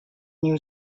new